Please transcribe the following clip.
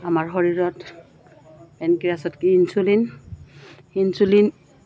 আমাৰ শৰীৰত এনকৰাচত কি ইঞ্চুলিন ইঞ্চুলিন